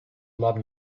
love